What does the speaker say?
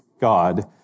God